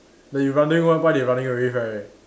then you wondering why why they running away right